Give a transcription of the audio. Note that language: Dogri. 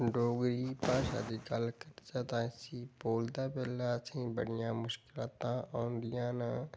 डोगरी भाशा दी गल्ल करचै तां इसी बोलदे पैह्लें असेंगी बड़ियां मुश्कलातां औंदियां न